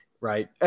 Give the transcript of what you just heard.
right